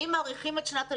אם מאריכים את שנת הלימודים,